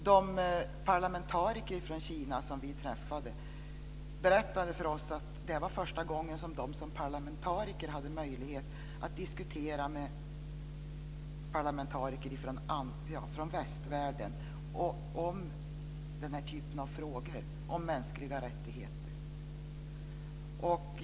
De parlamentariker från Kina som vi träffade berättade för oss att det var första gången som de som parlamentariker hade möjlighet att diskutera med parlamentariker från västvärlden denna typ av frågor om mänskliga rättigheter.